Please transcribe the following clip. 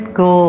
go